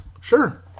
Sure